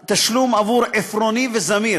את התשלום עבור "עפרוני" ו"זמיר".